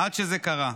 עד שזה קרה.